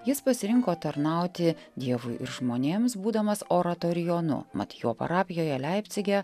jis pasirinko tarnauti dievui ir žmonėms būdamas oratorijonu mat jo parapijoje leipcige